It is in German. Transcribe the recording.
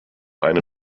eine